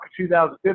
2015